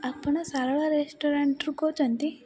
ଆପଣ ସାରଳା ରେଷ୍ଟୁରାଣ୍ଟରୁ କହୁଛନ୍ତି